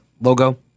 logo